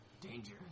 Danger